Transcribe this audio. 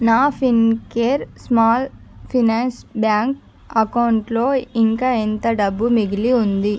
నా Fincare small finance bank అకౌంటులో ఇంకా ఎంత డబ్బు మిగిలి ఉంది